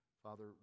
Father